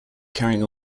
carrying